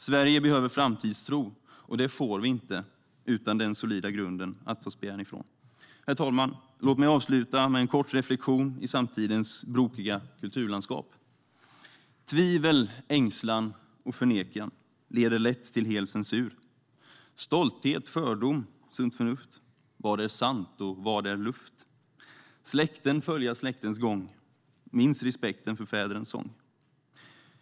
Sverige behöver framtidstro, och det får vi inte utan den solida grunden att ta spjärn emot. Herr talman! Låt mig avsluta med en kort reflektion i samtidens brokiga kulturlandskap. Tvivel, ängslan och förnekan leder lätt till hel censur. Stolthet, fördom, sunt förnuft, Vad är sant och vad är luft? Släkten följa släktens gång, minns respekten för fädrens sång.